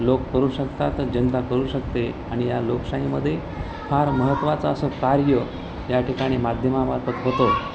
लोक करू शकतात जनता करू शकते आणि या लोकशाहीमध्ये फार महत्त्वाचं असं कार्य या ठिकाणी माध्यमामार्फत होतो